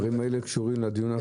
הדברים האלה קשורים לדיון אחר